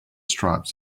stripes